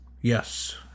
yes